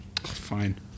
Fine